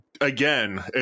again